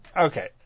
Okay